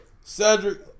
Cedric